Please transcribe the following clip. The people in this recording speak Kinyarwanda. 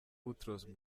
boutros